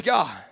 God